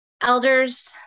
elders